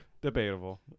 Debatable